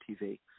TV